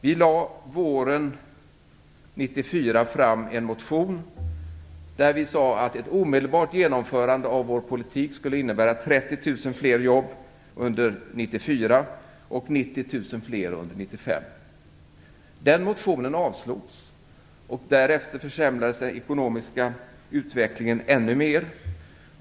Vi lade våren 1994 fram en motion där vi sade att ett omedelbart genomförande av vår politik skulle innebära 30 000 fler jobb under 1994 och Den motionen avslogs. Därefter försämrades den ekonomiska utvecklingen ännu mer.